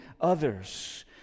others